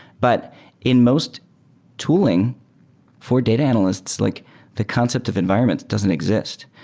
but in most tooling for data analysts, like the concept of environments doesn't exist.